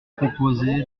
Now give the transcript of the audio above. proposez